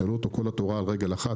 שאלו אותו: כל התורה על רגל אחת?